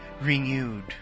renewed